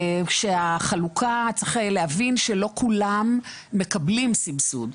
צריך להבין שלא כולם מקבלים סבסוד.